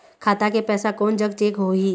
खाता के पैसा कोन जग चेक होही?